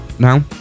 Now